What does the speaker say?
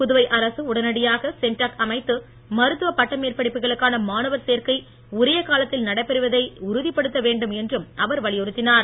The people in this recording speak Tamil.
புதுவை அரசு உடனடியாக சென்டாக் அமைத்து மருத்துவ பட்டமேற்படிப்புகளுக்கான மாணவர் சேர்க்கை உரிய காலத்தில் நடைபெறுவதை உறுதிப்படுத்த வேண்டும் என்றும் அவர் வலியுறுத்தினார்